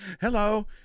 Hello